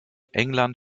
england